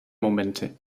momente